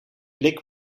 blik